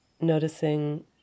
noticing